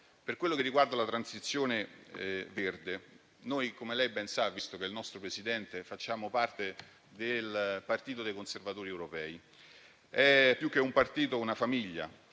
Per quello che riguarda la transizione verde, come lei ben sa (visto che è il nostro Presidente), noi facciamo parte del Partito dei conservatori europei. Più che un partito è una famiglia,